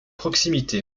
proximité